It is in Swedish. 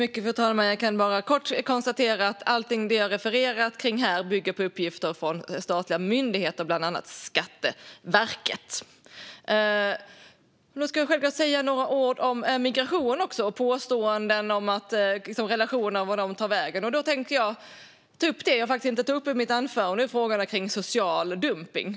Fru talman! Jag kan bara kort konstatera att allting jag har refererat till här bygger på uppgifter från statliga myndigheter, bland annat Skatteverket. Jag ska självklart säga några ord också om migration och om vart människor tar vägen. Då tänker jag ta upp det som jag faktiskt inte tog upp i mitt anförande. Det är frågorna kring social dumpning.